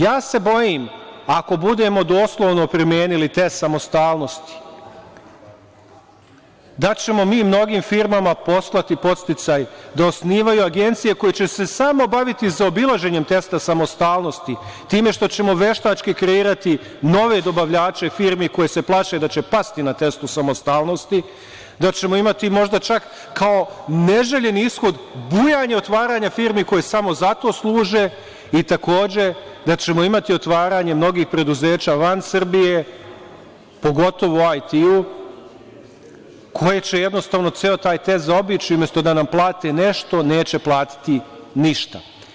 Ja se bojim, ako budemo doslovno primenili te samostalnosti, da ćemo mi mnogim firmama poslati podsticaj da osnivaju agencije koje će se samo baviti zaobilaženjem testa samostalnosti, time što ćemo veštački kreirati nove dobavljače firmi koji se plaše da će pasti na testu samostalnosti, da ćemo imati možda čak kao neželjeni ishod bujanje otvaranja firmi koje samo za to služe i takođe, da ćemo imati otvaranje mnogih preduzeća van Srbije, pogotovu u IT, koje će jednostavno ceo taj test zaobići, umesto da nam plate nešto, neće platiti ništa.